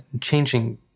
changing